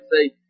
say